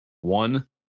One